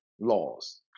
laws